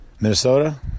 Minnesota